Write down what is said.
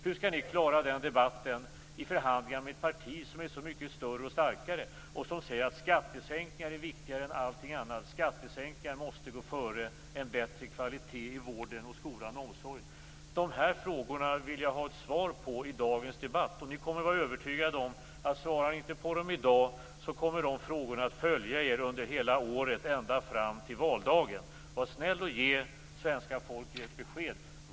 Hur skall ni klara den debatten i förhandlingar med ett parti som är mycket större och starkare och som säger att skattesänkningar är viktigare än allting annat och måste gå före en bättre kvalitet i vården, skolan och omsorgen? Dessa frågor vill jag ha ett svar på i dagens debatt. Svarar ni inte på frågorna i dag kan ni vara övertygade om att de kommer att följa er under hela året, ända fram till valdagen. Var snäll att ge svenska folket besked.